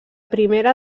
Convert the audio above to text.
primera